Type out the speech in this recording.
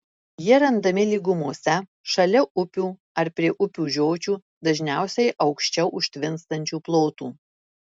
jie randami lygumose šalia upių ar prie upių žiočių dažniausiai aukščiau užtvinstančių plotų